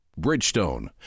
Bridgestone